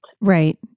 right